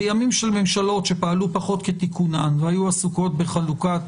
בימים של ממשלות פחות כתיקונן והיו עסוקות בחלוקת